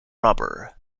rubber